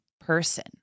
person